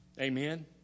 Amen